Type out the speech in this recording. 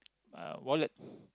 uh wallet